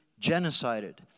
genocided